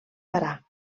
parar